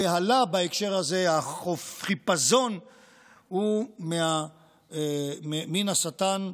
הבהלה בהקשר הזה, החיפזון הוא מן השטן,